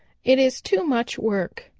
it is too much work.